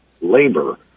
labor